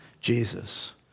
Jesus